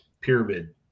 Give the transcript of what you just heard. pyramid